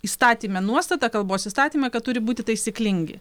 įstatyme nuostatą kalbos įstatymai kad turi būti taisyklingi